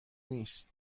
نیست